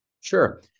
Sure